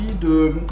de